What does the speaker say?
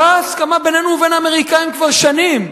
זו ההסכמה בינינו ובין האמריקנים כבר שנים.